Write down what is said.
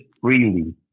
freely